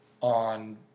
on